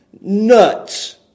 nuts